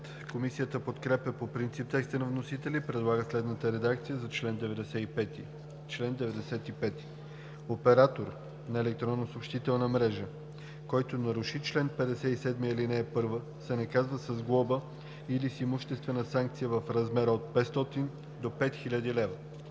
Комисията подкрепя по принцип текста на вносителя и предлага следната редакция за чл. 95: „Чл. 95. Оператор на електронна съобщителна мрежа, който наруши чл. 57, ал. 1, се наказва с глоба или с имуществена санкция в размер от 500 до 5000 лв.“